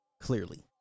clearly